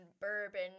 bourbon